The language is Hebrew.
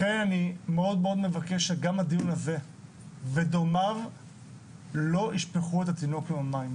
לכן אני מבקש מאוד שגם הדיון הזה ודומיו לא ישפכו את התינוק עם המים.